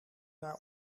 naar